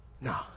Nah